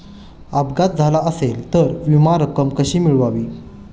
अपघात झाला असेल तर विमा रक्कम कशी मिळवावी?